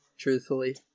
Truthfully